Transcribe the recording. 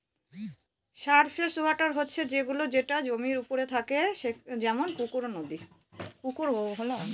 surface water হচ্ছে সে গুলো যেটা জমির ওপরে থাকে যেমন পুকুর, নদী